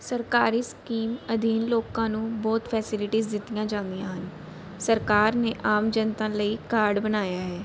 ਸਰਕਾਰੀ ਸਕੀਮ ਅਧੀਨ ਲੋਕਾਂ ਨੂੰ ਬਹੁਤ ਫੈਸਿਲਿਟੀਜ਼ ਦਿੱਤੀਆਂ ਜਾਂਦੀਆਂ ਹਨ ਸਰਕਾਰ ਨੇ ਆਮ ਜਨਤਾ ਲਈ ਕਾਰਡ ਬਣਾਇਆ ਹੈ